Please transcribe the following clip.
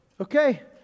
okay